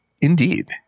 Indeed